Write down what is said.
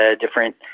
different